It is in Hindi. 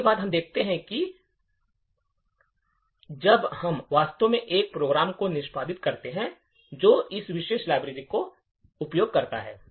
इसके बाद हम देखते हैं कि क्या होता है जब हम वास्तव में एक प्रोग्राम को निष्पादित करते हैं जो इस विशेष लाइब्रेरी का उपयोग करता है